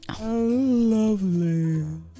lovely